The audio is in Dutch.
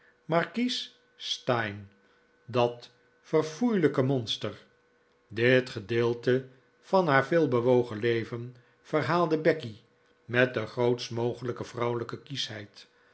markies steyne dat verfoeilijke monster dit gedeelte van haar veelbewogen leven verhaalde becky met de grootst rnogelijke vrouwelijke kieschheid